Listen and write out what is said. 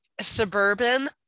suburban